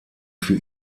für